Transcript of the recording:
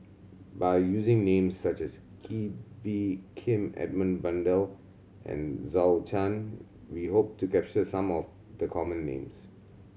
by using names such as Kee Bee Khim Edmund Blundell and Zhou Can we hope to capture some of the common names